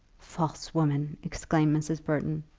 false woman! exclaimed mrs. burton.